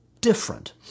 different